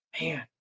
man